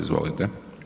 Izvolite.